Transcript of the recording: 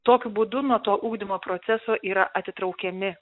tokiu būdu nuo to ugdymo proceso yra atitraukiami